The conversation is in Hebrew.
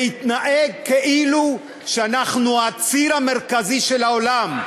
להתנהג כאילו אנחנו הציר המרכזי של העולם,